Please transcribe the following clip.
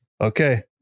Okay